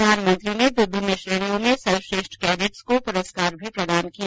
प्रधानमंत्री ने विभिन्न श्रेणियों में सर्वश्रेष्ठ कैडेट्स को पुरस्कार भी प्रदान किए